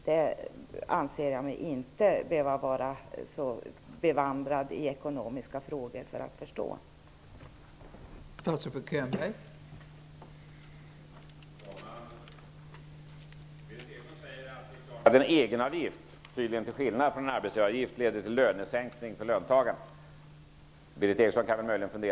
Jag anser mig inte behöva vara så bevandrad i ekonomiska frågor för att förstå detta.